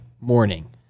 morning